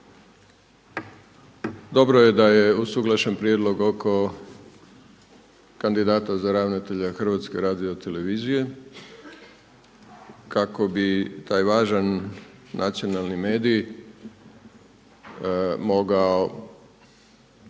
Dobro je da je usuglašen prijedlog oko kandidata za ravnatelja HRT-a kako bi taj važan nacionalni medij mogao